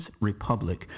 Republic